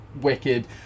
wicked